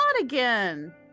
again